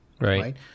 right